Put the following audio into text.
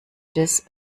this